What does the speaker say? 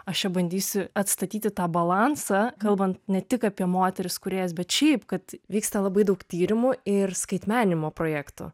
aš čia bandysiu atstatyti tą balansą kalbant ne tik apie moteris kūrėjas bet šiaip kad vyksta labai daug tyrimų ir skaitmeninimo projektų